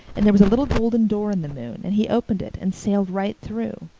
and there was a little golden door in the moon and he opened it and sailed right through.